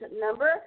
Number